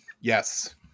Yes